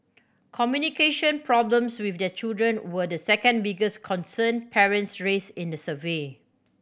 communication problems with their children were the second biggest concern parents raised in the survey